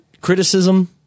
criticism